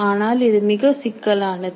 ஆனால் இது மிக சிக்கலானது